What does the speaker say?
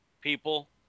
people